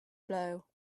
blow